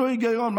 היגיון,